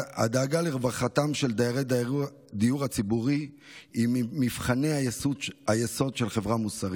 הדאגה לרווחתם של דיירי הדיור הציבורי היא ממבחני היסוד של חברה מוסרית.